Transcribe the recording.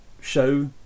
show